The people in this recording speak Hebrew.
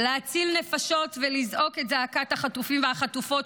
להציל נפשות ולזעוק את זעקת החטופים והחטופות,